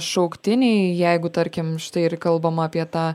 šauktiniai jeigu tarkim štai ir kalbama apie tą